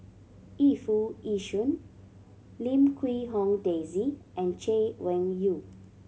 Yu Foo Yee Shoon Lim Quee Hong Daisy and Chay Weng Yew